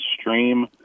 stream